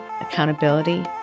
accountability